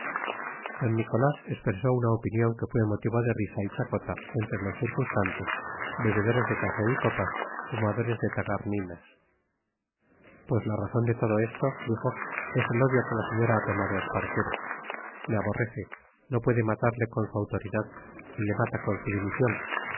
d nicolás expresó una opinión que fue motivo de risa y chacota entre los circunstantes bebedores de café y copas fumadores de tagarninas pues la razón de todo esto dijo es el odio que la señora ha tomado a espartero le aborrece no puede matarle con su autoridad y le mata con su dimisión